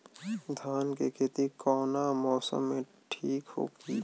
धान के खेती कौना मौसम में ठीक होकी?